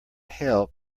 help